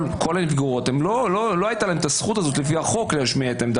אז כל --- לא הייתה להן הזכות לפי החוק להשמיע את העמדה,